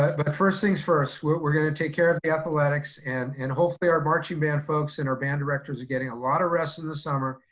but first things first, we're gonna take care of the athletics, and and hopefully our marching band folks and our band directors are getting a lot of rest through the the summer,